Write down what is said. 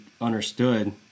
understood